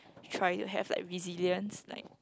try to have like resilience like